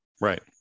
Right